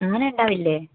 ആന ഉണ്ടാവില്ലേ